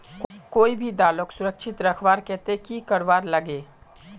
कोई भी दालोक सुरक्षित रखवार केते की करवार लगे?